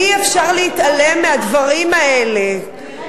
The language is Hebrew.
אי-אפשר להתעלם מהדברים האלה,